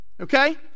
okay